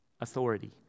authority